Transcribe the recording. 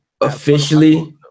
officially